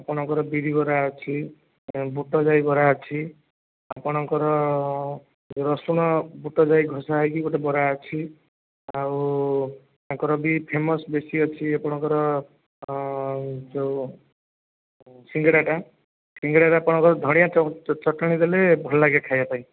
ଆପଣଙ୍କର ବିରିବରା ଅଛି ଆଉ ବୁଟଯାଇ ବରା ଅଛି ଆପଣଙ୍କର ରସୁଣ ବୁଟ ଯାଇ ଘସା ହୋଇକି ଗୋଟେ ବରା ଅଛି ଆଉ ତାଙ୍କର ବି ଫେମସ୍ ବେଶୀ ଅଛି ଆପଣଙ୍କର ଯେଉଁ ସିଙ୍ଗିଡ଼ାଟା ସିଙ୍ଗିଡ଼ାରେ ଆପଣଙ୍କର ଧଣିଆ ଚଟଣି ଦେଲେ ଭଲ ଲାଗେ ଖାଇବା ପାଇଁ